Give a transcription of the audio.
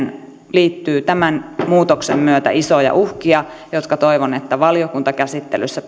liittyy tämän muutoksen myötä isoja uhkia jotka toivon että valiokuntakäsittelyssä